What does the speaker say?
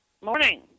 Morning